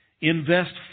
invest